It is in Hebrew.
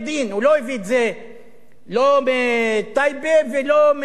והוא לא הביא את זה לא מטייבה ולא מאום-אל-פחם,